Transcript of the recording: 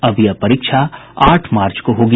अब यह परीक्षा आठ मार्च को होगी